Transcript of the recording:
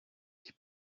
keep